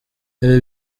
ibi